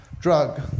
drug